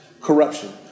corruption